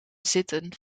zitten